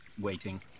waiting